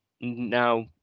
now